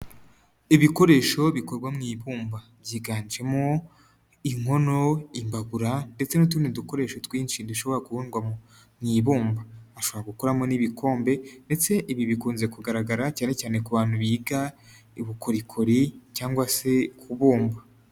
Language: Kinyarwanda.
Ibikoresho bikorwa mu ibumba, byiganjemo inkono ,imbabura ndetse n'utundi dukoresho twinshi dushobora kubumbwa mu ibumba. Bashobora gukuramo n'ibikombe ndetse ibi bikunze kugaragara cyane cyane ku bantu biga ubukorikori cyangwa se kubumba.